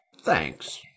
Thanks